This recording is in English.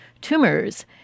tumors